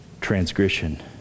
transgression